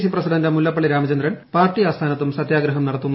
C president Mullappally Ramachandran party ആസ്ഥാനത്തും സത്യഗ്രഹം നടത്തുന്നു